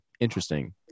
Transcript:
interesting